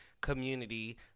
community